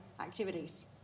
activities